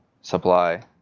supply